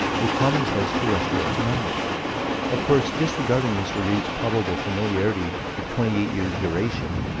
with commonplace terrestrial phenomena of course disregarding mr. read's probable familiarity, of twenty eight years' duration,